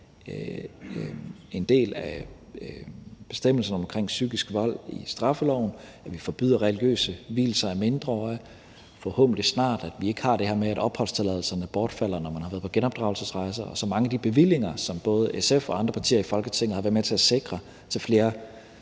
en del af bestemmelsen om psykisk vold i straffeloven, og hvor vi forbyder religiøse vielser af mindreårige – at vi forhåbentlig snart får det her med, at opholdstilladelserne bortfalder, når man har været på genopdragelsesrejse, og så mange af de bevillinger, som både SF og andre partier i Folketinget har været med til at sikre, til flere